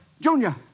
Junior